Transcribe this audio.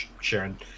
Sharon